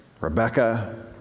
Rebecca